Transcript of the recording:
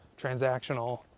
transactional